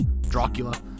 Dracula